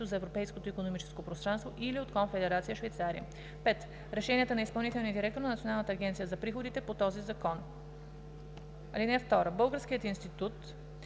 за Европейското икономическо пространство, или от Конфедерация Швейцария; 5. решенията на изпълнителния директор на Националната агенция за приходите по този закон. (2) Българският институт